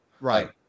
right